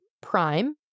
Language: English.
prime